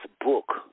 book